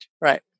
Right